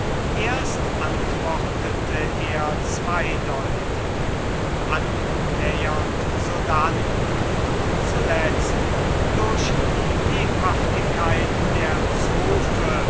erst antwortete er zweideutig annähernd sodann und zuletzt durch die lebhaftigkeit der zofe